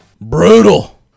Brutal